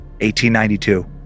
1892